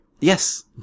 Yes